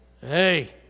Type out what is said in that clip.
Hey